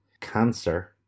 cancer